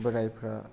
बोरायफ्रा